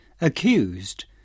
accused